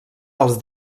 als